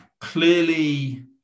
clearly